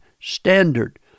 standard